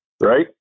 right